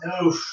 No